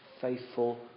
faithful